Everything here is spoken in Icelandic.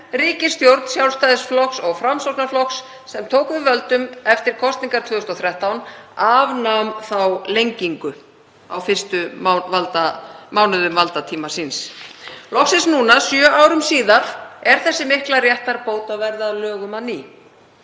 ríkisstjórn Sjálfstæðisflokks og Framsóknarflokks sem tók við völdum eftir kosningar 2013 afnam þá lengingu á fyrstu mánuðum valdatíma síns. Loksins núna, sjö árum síðar, er þessi mikla réttarbót að verða að lögum á ný.